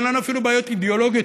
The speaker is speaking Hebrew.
אין לנו אפילו בעיות אידיאולוגיות,